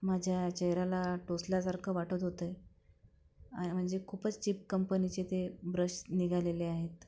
माझ्या चेहऱ्याला टोचल्यासारखं वाटत होतं आ म्हणजे खूपच चीप कंपनीचे ते ब्रश निघालेले आहेत